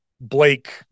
Blake